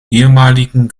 ehemaligen